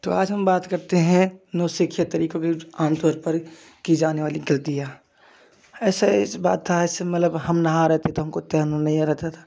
तो आज हम बात करते हैं नौसिखिया तरीको की आमतौर पर की जाने वाली गलतियाँ ऐसा इस बात था ऐसे मतलब हम नहा रहे थे तुमको तैरना नहीं आ रहा था